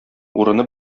урыны